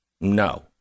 No